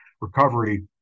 recovery